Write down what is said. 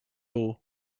door